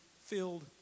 filled